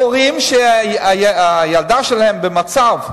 הורים שהילדה שלהם במצב,